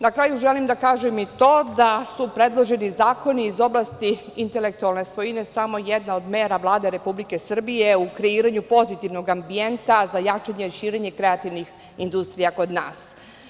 Na kraju želim da kažem i to da su predloženi zakoni iz oblasti intelektualne svojine samo jedna od mera Vlade Republike Srbije u kreiranju pozitivnog ambijenta za jačanje i širenje kreativnih industrija kod nas.